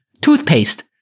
toothpaste